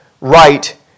right